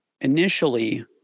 initially